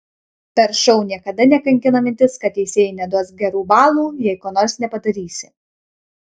per šou niekada nekankina mintis kad teisėjai neduos gerų balų jei ko nors nepadarysi